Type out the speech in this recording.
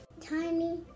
tiny